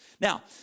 Now